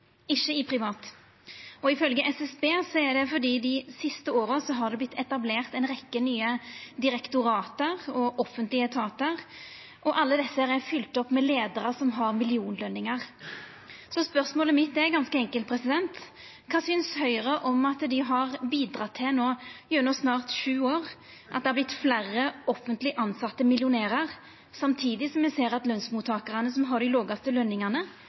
ikkje i privat, og ifølgje SSB er det fordi det dei siste åra har vorte etablert ei rekkje nye direktorat og offentlege etatar, og alle desse er fylte opp med leiarar som har millionløningar. Så spørsmålet mitt er ganske enkelt: Kva synest Høgre om at dei no, gjennom snart sju år, har bidrege til at det har vorte fleire offentleg tilsette millionærar, samtidig som me ser at lønsmottakarane som har dei lågaste